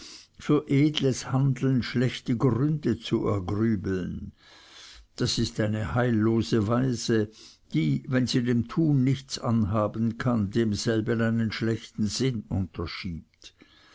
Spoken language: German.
für edles handeln schlechte gründe zu ergrübeln das ist eine heillose weise die wenn sie dem tun nichts anhaben kann demselben einen schlechten sinn unterschiebt